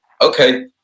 okay